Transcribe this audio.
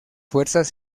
fuerzas